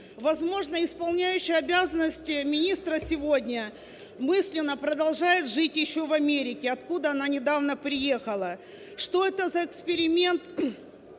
Возможно, исполняющая обязанности министра сегодня мысленно продолжает жить еще в Америке, откуда она недавно приехала. Что это за эксперимент